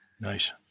Nice